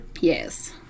Yes